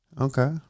Okay